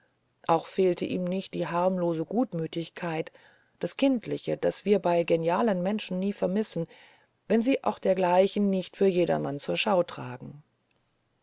auch fehlte ihm nicht die harmlose gutmütigkeit das kindliche das wir bei genialen menschen nie vermissen wenn sie auch dergleichen nicht für jedermann zur schau tragen